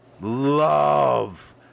love